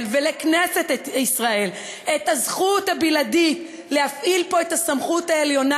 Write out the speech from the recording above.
ולכנסת ישראל הזכות הבלעדית להפעיל פה את הסמכות העליונה,